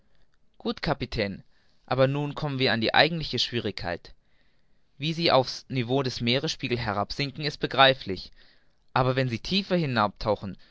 gut kapitän aber nun kommen wir an die eigentliche schwierigkeit wie sie auf's niveau des meeresspiegels herabsinken ist begreiflich aber wenn sie tiefer